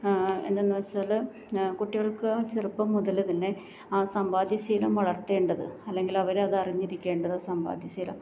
എന്തെന്ന് വച്ചാൽ കുട്ടികൾക്ക് ചെറുപ്പം മുതൽ തന്നെ ആ സമ്പാദ്യശീലം വളർത്തേണ്ടത് അല്ലെങ്കിൽ അവരത് അറിഞ്ഞിരിക്കേണ്ടത് സമ്പാദ്യശീലം